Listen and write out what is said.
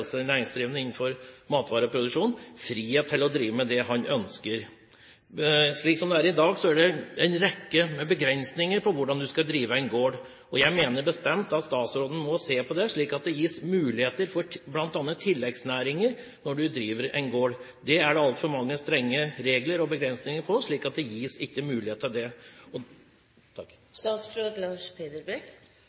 næringsdrivende innenfor matvareproduksjon frihet til å drive med det han ønsker. Slik som det er i dag, er det en rekke begrensninger for hvordan du skal drive en gård, og jeg mener bestemt at statsråden må se på dette, slik at det gis muligheter for bl.a. tilleggsnæringer når en driver en gård. Det er det altfor mange strenge regler og begrensninger for, slik at det gis ikke mulighet for det.